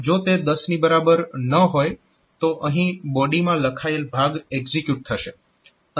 જો તે 10 ની બરાબર ન હોય તો અહીં બોડીમાં લખાયેલ ભાગ એકઝીક્યુટ થશે